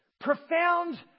profound